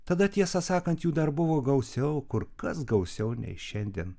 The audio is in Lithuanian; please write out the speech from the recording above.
tada tiesą sakant jų dar buvo gausiau kur kas gausiau nei šiandien